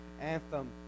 anthem